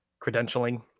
credentialing